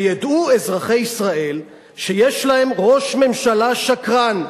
שידעו אזרחי ישראל שיש להם ראש ממשלה שקרן,